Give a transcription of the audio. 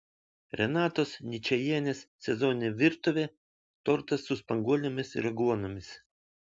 renatos ničajienės sezoninė virtuvė tortas su spanguolėmis ir aguonomis